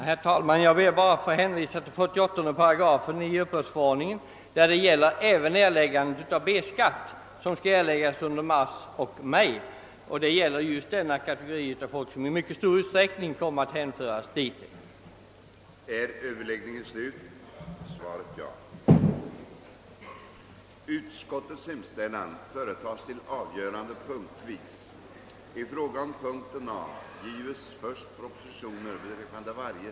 Herr talman! Jag ber bara att få hänvisa till 48 8 i uppbördsförordningen, som även gäller förfarandet vid erläggande av B-skatt, som skall inbetalas under mars och maj månader. Just denna del av studerande kommer att i viss utsträckning hänföras till den kategori som betalar B-skatt.